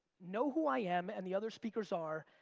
know who i am and the other speakers are,